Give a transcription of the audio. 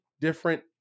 different